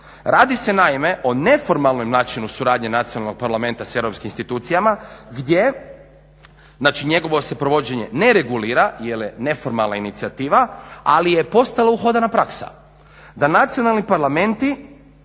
Radi se naime o neformalnom načinu suradnje nacionalnog Parlamenta s europskim institucijama gdje znači njegovo se provođenje ne regulira jer je neformalna inicijativa, ali je postala uhodana praksa da nacionalni parlamenti